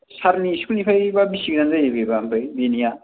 सारनि सिकुलनिफाय बा बिसि गोजान जायो बेबा ओमफ्राय बेनिया